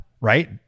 right